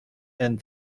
and